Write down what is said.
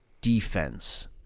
defense